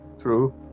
True